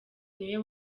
niwe